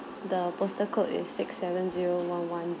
the postal code is six seven zero one one